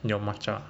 your matcha